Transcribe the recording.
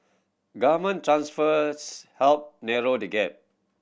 government transfers help narrow the gap